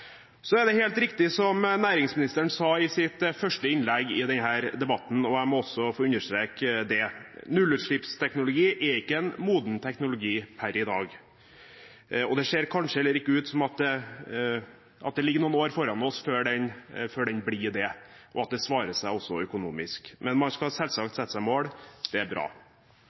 Så er det helt riktig det som næringsministeren sa i sitt første innlegg i denne debatten, og jeg må også få understreke det: Nullutslippsteknologi er ikke en moden teknologi per i dag, og det ser kanskje ut til at det ligger noen år fram i tid før den blir det, og før det svarer seg også økonomisk. Men man skal selvsagt sette seg mål – det er bra.